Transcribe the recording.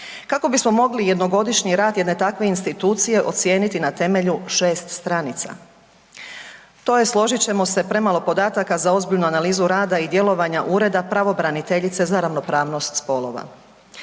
kako bismo mogli jednogodišnji rad jedne takve institucije ocijeniti na temelju 6 stranica. To je složit ćemo se premalo podataka za ozbiljnu analizu rada i djelovanja Ureda pravobraniteljice za ravnopravnost spolova.